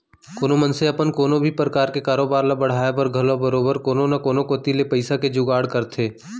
कोनो मनसे अपन कोनो भी परकार के कारोबार ल बढ़ाय बर घलौ बरोबर कोनो न कोनो कोती ले पइसा के जुगाड़ करथे